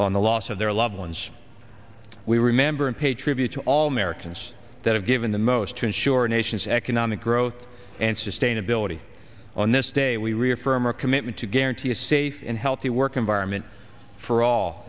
on the loss of their loved ones we remember and pay tribute to all americans that have given the most to ensure nation's economic growth and sustainability on this day we reaffirm our commitment to guarantee a safe and healthy work environment for all